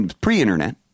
Pre-internet